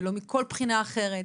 ולא מכל בחינה אחרת,